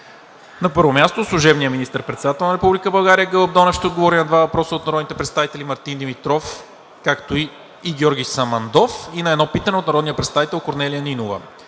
ноември. 1. Служебният министър-председател на Република България Гълъб Донев ще отговори на два въпроса от народните представители Мартин Димитров; и Георги Самандов и на едно питане от народния представител Корнелия Нинова.